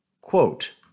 Quote